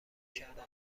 کردن